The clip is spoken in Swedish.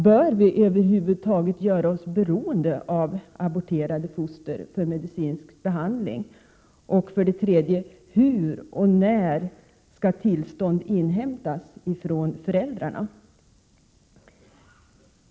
Bör vi över huvud taget göra oss beroende av aborterade foster för medicinsk behandling? 3. Hur och när skall tillstånd inhämtas från föräldrarna?